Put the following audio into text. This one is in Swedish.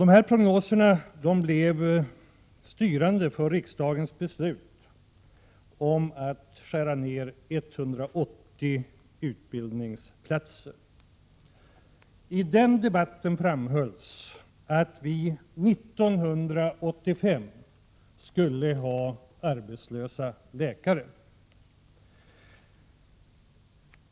Dessa prognoser blev styrande för riksdagens beslut om att skära ned läkarutbildningen med 180 utbildningsplatser. I den debatten framhölls att vi år 1985 skulle ha arbetslösa läkare.